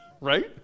Right